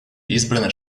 избрано